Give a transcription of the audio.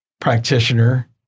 practitioner